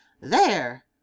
There